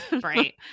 right